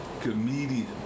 Comedian